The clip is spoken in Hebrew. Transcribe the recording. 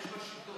יש לו שיטות.